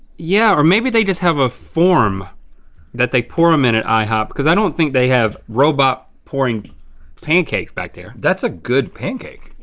yeah or maybe they just have a form that they pour em in at ihop cause i don't think they have robot-pouring pancakes back there. that's a good pancake.